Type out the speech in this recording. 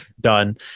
done